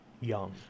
young